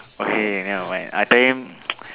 okay never mind I tell him